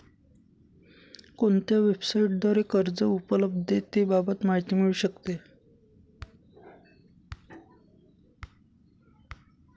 कोणत्या वेबसाईटद्वारे कर्ज उपलब्धतेबाबत माहिती मिळू शकते?